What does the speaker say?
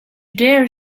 dare